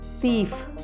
Thief